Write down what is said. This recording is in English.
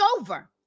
over